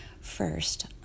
First